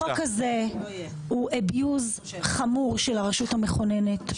החוק הזה הוא אביוז חמור של הרשות המכוננת,